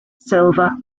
silver